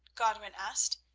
godwin asked.